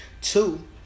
two